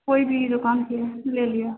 कोइ भी दुकानके लए लिअऽ